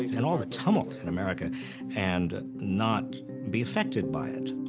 and all the tumult in america and not be affected by it.